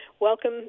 welcome